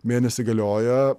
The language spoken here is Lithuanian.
mėnesį galioja